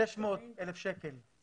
600,000 שקלים.